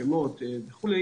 שמות וכולי